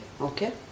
okay